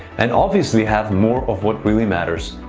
and obviously have more of what really matters,